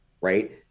right